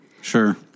Sure